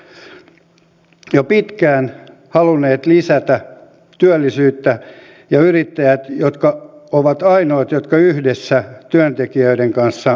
yrittäjät ovat jo pitkään halunneet lisätä työllisyyttä ja yrittäjät ovat ainoat jotka yhdessä työntekijöiden kanssa voivat lisätä työllisyyttä